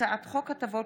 הצעת חוק יום האחדות,